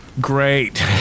Great